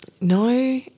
No